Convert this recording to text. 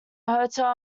hotel